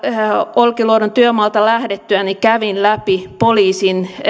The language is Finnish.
olkiluodon työmaalta lähdettyäni kävin läpi poliisin